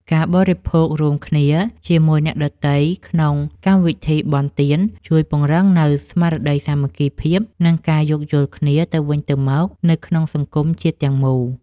ការបរិភោគរួមគ្នាជាមួយអ្នកដទៃក្នុងកម្មវិធីបុណ្យទាន ជួយពង្រឹងនូវស្មារតីសាមគ្គីភាព និងការយោគយល់គ្នាទៅវិញទៅមកនៅក្នុងសង្គមជាតិទាំងមូល។